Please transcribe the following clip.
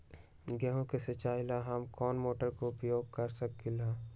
गेंहू के सिचाई ला हम कोंन मोटर के उपयोग कर सकली ह?